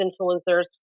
influencers